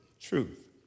truth